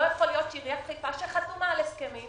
לא ייתכן שעיריית חיפה, שחתומה על הסכמים,